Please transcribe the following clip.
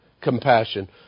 compassion